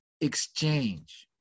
Exchange